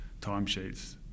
timesheets